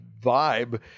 vibe